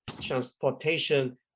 transportation